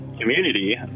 community